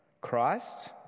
Christ